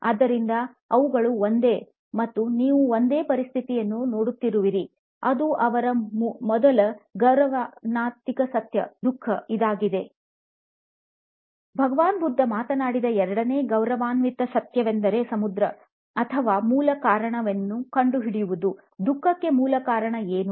ಆದ್ದರಿಂದ ಅವುಗಳು ಒಂದೇ ಮತ್ತು ನೀವು ಒಂದೇ ಪರಿಸ್ಥಿತಿಯನ್ನು ನೋಡುತ್ತಿರುವಿರಿ ಅದು ಅವರ ಮೊದಲ ಗೌರವಾನ್ವಿತ ಸತ್ಯ "ದುಃಖ" ಇದಾಗಿದೆ ಭಗವಾನ್ ಬುದ್ಧ ಮಾತನಾಡಿದ ಎರಡನೆಯ ಗೌರವಾನ್ವಿತ ಸತ್ಯವೆಂದರೆ "ಸಮುದ್ರ" ಅಥವಾ ಮೂಲ ಕಾರಣವನ್ನು ಕಂಡುಹಿಡಿಯುವುದುದುಃಖಕ್ಕೆ ಮೂಲ ಕಾರಣ ಏನು